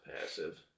passive